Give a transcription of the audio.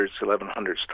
1100s